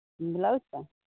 blouse का